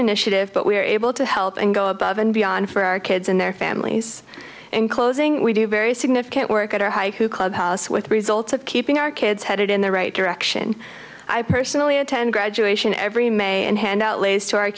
initiative but we are able to help and go above and beyond for our kids and their families in closing we do very significant work at our high who clubhouse with results of keeping our kids headed in the right direction i personally attend graduation every may and hand out lays to our